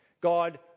God